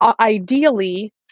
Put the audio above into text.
Ideally